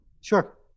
Sure